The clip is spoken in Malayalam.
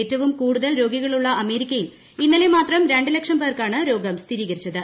ഏറ്റവും കൂടുതൽ രോഗികളുള്ള അമേരിക്കയിൽ ഇന്നലെ മാത്രം രണ്ട് ലക്ഷം പേർക്കാണ് രോഗം സ്ഥിരീകരിച്ചത്